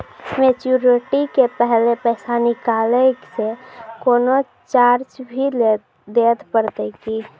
Maturity के पहले पैसा निकालै से कोनो चार्ज भी देत परतै की?